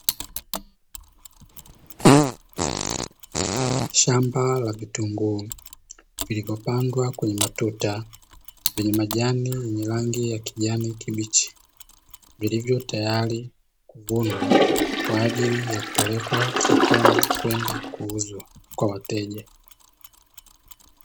Shamba la vitunguu lililopandwa kwenye matuta, yenye majani ya rangi ya kijani kibichi, vilivyo tayari kuvunwa kwa ajili ya kupelekwa sokoni kwenda kuuzwa kwa wateja.